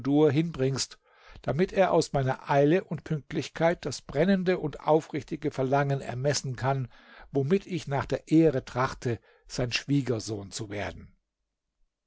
hinbringst damit er aus meiner eile und pünktlichkeit das brennende und aufrichtige verlangen ermessen kann womit ich nach der ehre trachte sein schwiegersohn zu werden